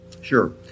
Sure